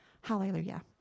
hallelujah